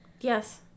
Yes